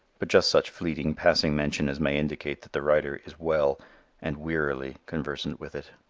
but just such fleeting passing mention as may indicate that the writer is well and wearily conversant with it.